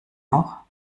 auch